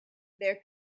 their